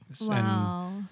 Wow